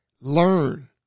learn